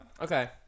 Okay